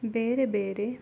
ಬೇರೆ ಬೇರೆ